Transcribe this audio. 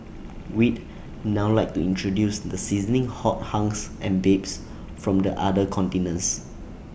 we'd now like to introduce the sizzling hot hunks and babes from the other contingents